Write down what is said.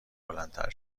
بلندتر